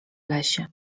lesie